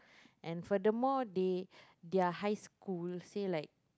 and furthermore they their high school say like